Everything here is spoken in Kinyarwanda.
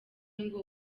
ngo